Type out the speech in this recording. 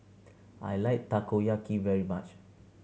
I like Takoyaki very much